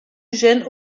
gène